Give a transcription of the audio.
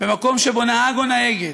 במקום שבו נהג או נהגת,